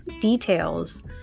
details